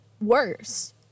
worse